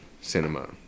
cinema